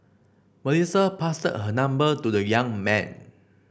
Melissa passed her number to the young man